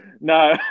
no